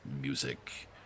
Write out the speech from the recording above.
music